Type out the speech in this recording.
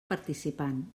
participant